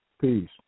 Peace